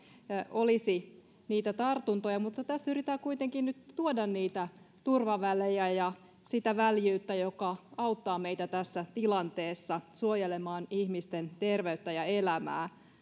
olisi niitä tartuntoja mutta tässä yritetään kuitenkin nyt tuoda niitä turvavälejä ja sitä väljyyttä jotka auttavat meitä tässä tilanteessa suojelemaan ihmisten terveyttä ja elämää